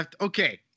Okay